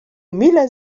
mile